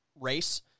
race